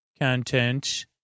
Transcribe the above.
content